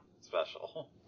special